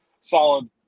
solid